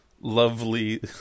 lovely